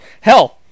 hell